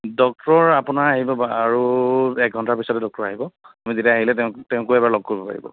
doctor আপোনাৰ আহি পাব আৰু এক ঘণ্টা পিছতে ডক্টৰ আহিব আপুনি তেতিয়া আহিলে তেওঁক তেওঁকো এবাৰ লগ কৰিব পাৰিব